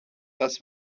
das